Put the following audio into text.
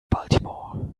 baltimore